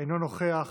אינו נוכח,